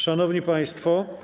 Szanowni państwo.